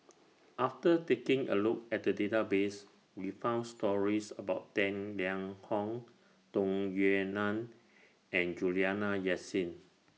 after taking A Look At The Database We found stories about Tang Liang Hong Tung Yue Nang and Juliana Yasin